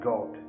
God